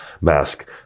mask